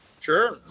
Sure